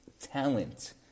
talent